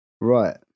Right